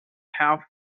health